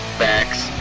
facts